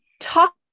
talk